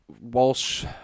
Walsh